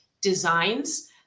designs